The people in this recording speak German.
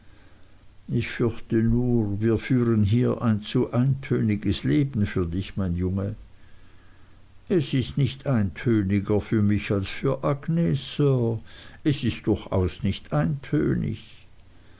ich fürchte nur wir führen hier ein zu eintöniges leben für dich mein junge es ist nicht eintöniger für mich als für agnes sir es ist durchaus nicht eintönig